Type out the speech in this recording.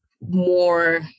more